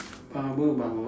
bubble bubble